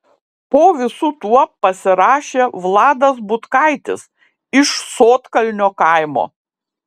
po visu tuo pasirašė vladas butkaitis iš sodkalnio kaimo